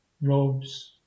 robes